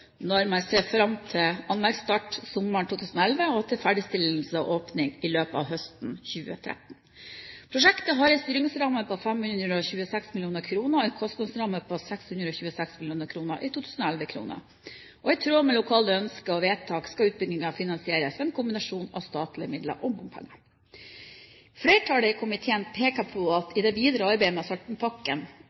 når man ser fram til anleggsstart sommeren 2011, og til ferdigstillelse og åpning i løpet av høsten 2013. Prosjektet har en styringsramme på 526 mill. kr og en kostnadsramme på 626 mill. kr i 2011-kroner. I tråd med lokale ønsker og vedtak skal utbyggingen finansieres ved en kombinasjon av statlige midler og bompenger. Flertallet i komiteen peker på at i det videre arbeidet med